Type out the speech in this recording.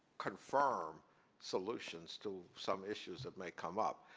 confirm solutions to some issues that may come up.